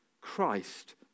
Christ